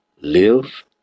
Live